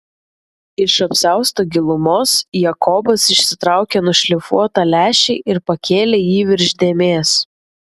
iš apsiausto gilumos jakobas išsitraukė nušlifuotą lęšį ir pakėlė jį virš dėmės